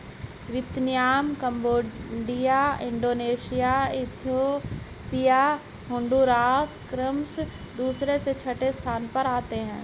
Vietnam Cambodia Indonesia Ethiopia Honduras क्रमशः दूसरे से छठे स्थान पर आते हैं